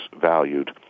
valued